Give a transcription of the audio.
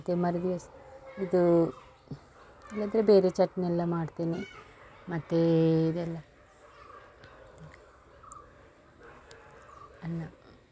ಮತ್ತೆ ಮರುದಿವಸ ಇದು ಇಲ್ಲಂದ್ರೆ ಬೇರೆ ಚಟ್ನಿಯೆಲ್ಲ ಮಾಡ್ತೇನೆ ಮತ್ತೆ ಇದೆಲ್ಲ ಅನ್ನ